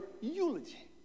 eulogy